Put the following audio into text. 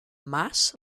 mass